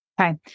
Okay